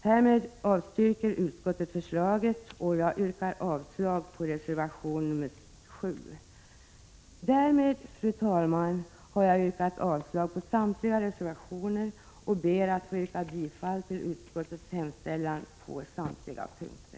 Därför avstyrker utskottet förslaget, och jag yrkar avslag på reservation nr 7. Därmed, fru talman, har jag yrkat avslag på alla reservationer och ber att få yrka bifall till utskottets hemställan på samtliga punkter.